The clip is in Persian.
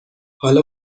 حالا